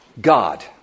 God